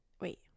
Wait